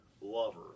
lover